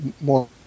more